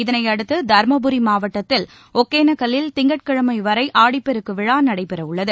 இதனையடுத்து தருமபுரி மாவட்டத்தில் ஒகேனெக்கல்லில் திங்கட்கிழமை வரை ஆடிப்பெருக்கு விழா நடைபெறவுள்ளது